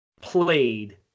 played